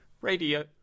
Radio